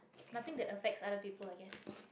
nothing that affects other people i guess